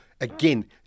again